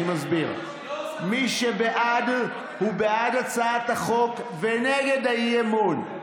מי שבעד, הוא בעד הצעת החוק ונגד האי-אמון.